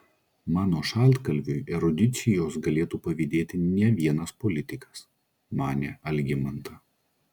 mano šaltkalviui erudicijos galėtų pavydėti ne vienas politikas manė algimanta